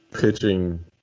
pitching